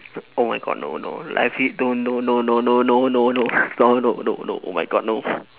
oh my god no no don't no no no no no no no no no no no oh my god no